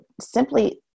simply